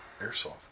Airsoft